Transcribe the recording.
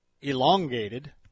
elongated